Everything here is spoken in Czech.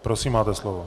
Prosím, máte slovo.